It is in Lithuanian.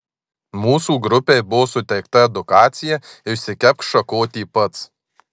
mūsų grupei buvo suteikta edukacija išsikepk šakotį pats